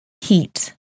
Heat